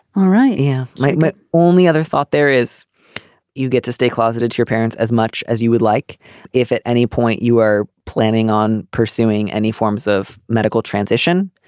all right. yeah. my my only other thought there is you get to stay closeted to your parents as much as you would like if at any point you are planning on pursuing any forms of medical transition.